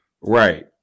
Right